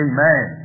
Amen